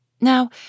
Now